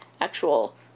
actual